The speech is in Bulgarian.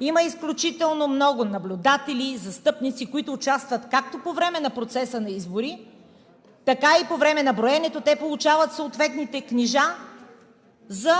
Има изключително много наблюдатели, застъпници, които участват както по време на процеса на избори, така и по време на броенето те получават съответните книжа за